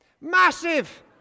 Massive